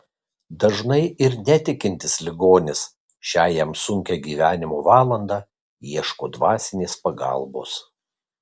dažnai ir netikintis ligonis šią jam sunkią gyvenimo valandą ieško dvasinės pagalbos